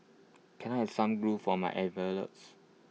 can I have some glue for my envelopes